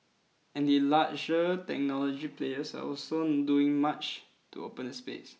and larger technology players are also doing much to open the space